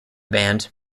band